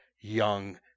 young